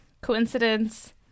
Coincidence